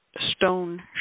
stone